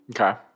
Okay